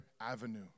avenue